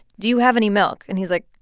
do you have any milk? and he's like,